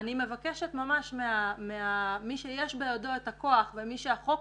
אני ממש מבקשת ממי שיש בידו את הכוח ומי שהחוק